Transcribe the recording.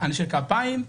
אנשי כפיים,